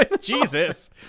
Jesus